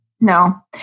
No